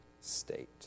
state